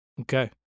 okay